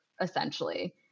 essentially